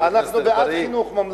חבר הכנסת אגבאריה,